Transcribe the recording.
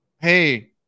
hey